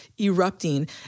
erupting